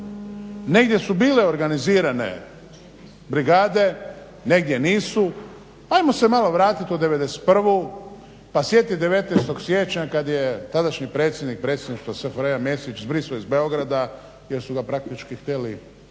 Negdje su bile organizirane brigade, negdje nisu. Ajmo se malo vratiti u '91. pa sjetiti 19. siječnja kad je tadašnji predsjednik Predsjedništva SFRJ Mesić zbrisao iz Beograda jer su ga praktički htjeli koknuti